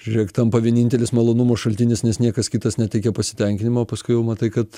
žiūrėk tampa vienintelis malonumo šaltinis nes niekas kitas neteikia pasitenkinimo paskui jau matai kad